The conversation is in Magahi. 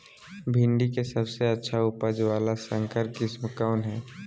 भिंडी के सबसे अच्छा उपज वाला संकर किस्म कौन है?